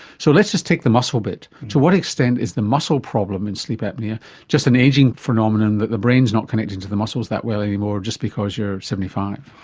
so let's just take the muscle bit. to what extent is the muscle problem in sleep apnoea just an ageing phenomenon that the brain is not connecting to the muscles that well anymore, just because are seventy five?